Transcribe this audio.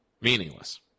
meaningless